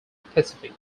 pacific